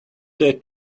they